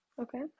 Okay